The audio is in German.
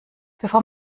bevor